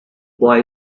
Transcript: boy